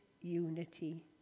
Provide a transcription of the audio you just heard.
unity